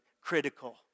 critical